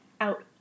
out